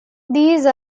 these